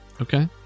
Okay